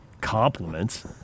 compliments